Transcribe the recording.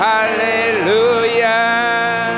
Hallelujah